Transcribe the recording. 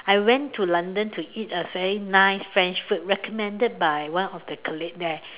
I went to London to eat a very nice French food recommended by one of the colleague there